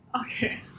Okay